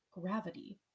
gravity